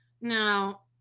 Now